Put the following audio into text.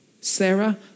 Sarah